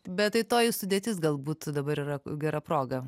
bet tai toji sudėtis galbūt dabar yra gera proga